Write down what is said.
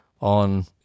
on